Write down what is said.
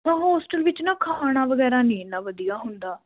ਨਾ ਹੋਸਟਲ ਵਿੱਚ ਨਾ ਖਾਣਾ ਵਗੈਰਾ ਨਹੀਂ ਇੰਨਾ ਵਧੀਆ ਹੁੰਦਾ